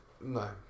No